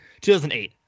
2008